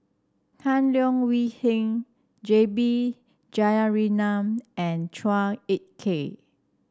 Tan Leo Wee Hin J B Jeyaretnam and Chua Ek Kay